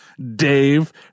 Dave